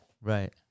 Right